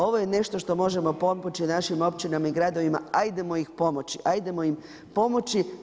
Ovo je nešto što može pomoći našim općinama i gradovima, hajdemo im pomoći, hajdemo im pomoći.